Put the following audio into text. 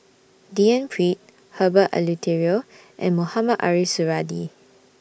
D N Pritt Herbert Eleuterio and Mohamed Ariff Suradi